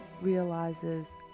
realizes